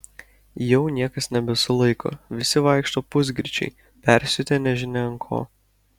jau niekas nebesulaiko visi vaikšto pusgirčiai persiutę nežinia ant ko